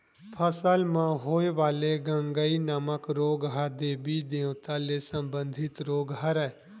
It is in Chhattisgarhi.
फसल म होय वाले गंगई नामक रोग ह देबी देवता ले संबंधित रोग हरय